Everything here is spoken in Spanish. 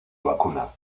vacuna